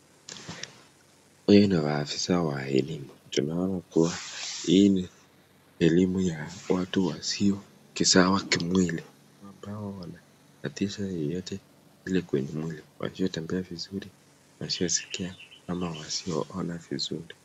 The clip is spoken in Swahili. Huyu ni afisa wa elimu. Tunaona kuwa hii ni elimu ya watu wasio sawa kimwili, ambao wana tatizo yoyote lile kwenye mwili, wasiotembea vizuri, wasiosikia ama wasioona vizuri.